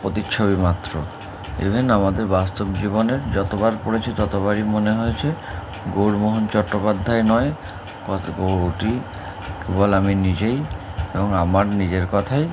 প্রতিচ্ছবি মাত্র ইভেন আমাদের বাস্তব জীবনের যতবার পড়েছে ততবারই মনে হয়েছে গৌড় মোহন চট্টোপাধ্যায় নয় ওটি বল আমি নিজেই এবং আমার নিজের কথাই